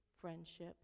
friendship